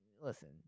Listen